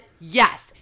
yes